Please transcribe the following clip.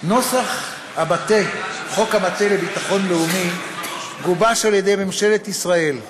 נוסח חוק המטה לביטחון לאומי גובש על ידי ממשלת ישראל.